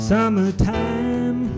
Summertime